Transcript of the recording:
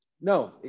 No